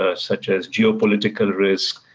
ah such as geopolitical risk,